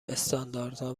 استانداردها